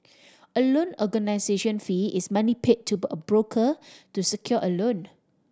a loan organisation fee is money paid to a broker to secure a loan